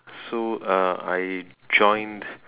so uh I joined